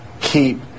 keep